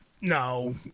No